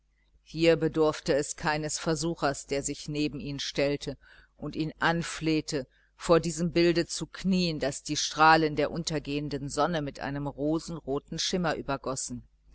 hier bedurfte es keines versuchers der sich neben ihn stellte und ihn anflehte vor diesem bilde zu knien das die strahlen der untergehenden sonne mit einem rosenroten schimmer übergossen